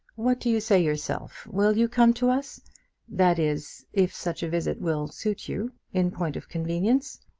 what do you say yourself? will you come to us that is, if such a visit will suit you in point of convenience?